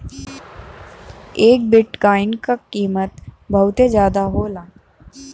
एक बिट्काइन क कीमत बहुते जादा होला